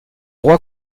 roi